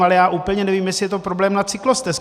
Ale já úplně nevím, jestli je to problém na cyklostezkách.